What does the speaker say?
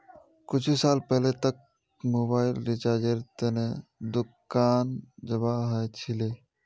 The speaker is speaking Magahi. कुछु साल पहले तक मोबाइल रिचार्जेर त न दुकान जाबा ह छिले